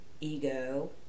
ego